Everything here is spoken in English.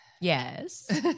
Yes